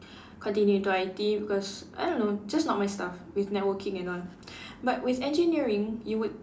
continue to I_T_E because I don't know just not my stuff with networking and all but with engineering you would